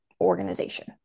organization